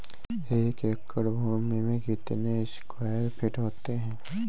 एक एकड़ भूमि में कितने स्क्वायर फिट होते हैं?